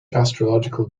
astrological